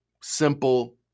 simple